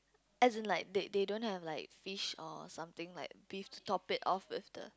as in like they they don't have like fish or something like beef to top it off with the